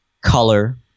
color